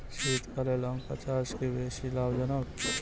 শীতকালে লঙ্কা চাষ কি বেশী লাভজনক?